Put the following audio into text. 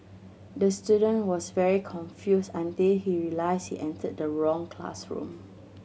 the student was very confused until he realised he entered the wrong classroom